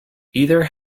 either